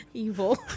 evil